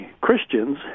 Christians